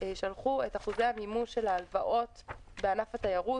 את אחוזי המימוש של ההלוואות בענף התיירות.